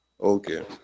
Okay